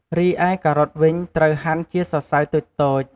រីឯការ៉ុតវិញ ត្រូវហាន់ជាសរសៃតូចៗ។